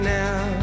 now